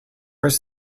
his